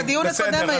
גם בדיון הקודם זה היה.